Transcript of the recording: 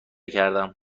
کردم